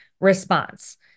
response